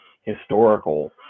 historical